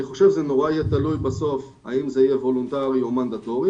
אני חושב שזה נורא יהיה תלוי בסוף האם זה יהיה וולונטרי או מנדטורי,